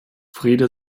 friede